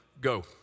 go